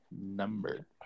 number